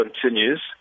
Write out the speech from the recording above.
continues